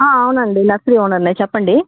అవునండి నర్సరీ ఓనర్నే చెప్పండి